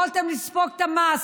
יכולתם לספוג את המס,